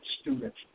students